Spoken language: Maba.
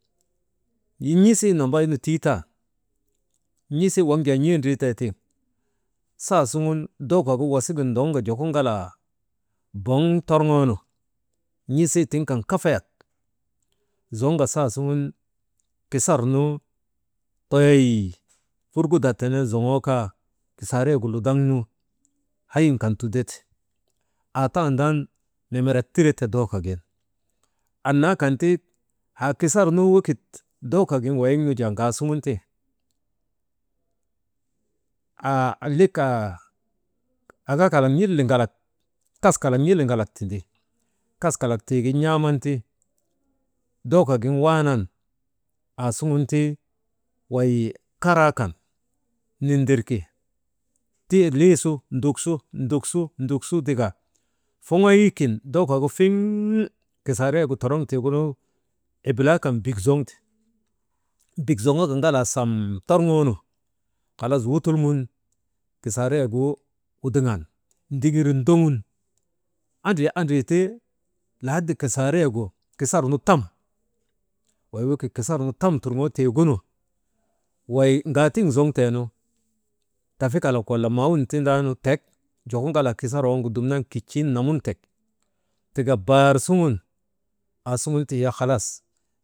N̰isii nambaynu tiitan, n̰isii waŋ jaa n̰ee ndriitee tiŋ, saasuŋun dookogu wasigin ndoŋka juko ŋalaa boŋ torŋoonu n̰isii tiŋ kan kafayak zoŋka saa suŋun kisarnu toyoy furgudaa tee zoŋoo kaa, kisaarayegu ludaŋnu hayin kan tudete, aataandan memeret tirete dookogin annaa kan ti, haa kisar nu wekik dookogin wayin nu jaa ŋaasuŋun tiŋ haa lik aŋak kalak n̰iliŋalak, kas kalak n̰iliŋalak tindi, kas kalak tiigu n̰aaman ti dooko gin waanan aasugun ti wey karaa kan nindirki ti liisu duksu, duk su, duk su, duk su, zika fiŋoy kin dookogu fiŋ kisaarayegu toroŋ, tiigunu ibilaa kan duk zoŋka ŋalaa sam torŋoonu halas wuttulŋun kisaarayegu wuduŋan ndoŋirin ndoŋun andri, andri ti lahadi kisaarayegu, kisar tam wey wekit kisarnu tam turŋootiigunu, wey ŋaatiŋ zoŋteenu, tafikalak walla maawun tindaanu tek yokoyin ŋalaa kisar waŋgu kictuun namun tek tika baar suŋun, aasuŋunhiya halas.